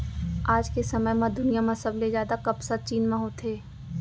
आज के समे म दुनिया म सबले जादा कपसा चीन म होथे